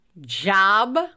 job